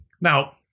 Now